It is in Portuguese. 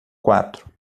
quatro